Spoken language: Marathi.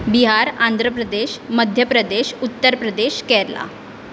बिहार आंध्र प्रदेश मध्य प्रदेश उत्तर प्रदेश केरळ